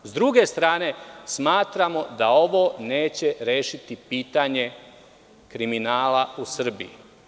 S druge strane smatramo da ovo neće rešiti pitanje kriminala u Srbiji.